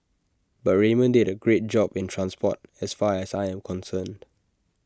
but Raymond did A great job in transport as far as I am concerned